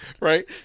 Right